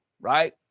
Right